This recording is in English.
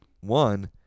one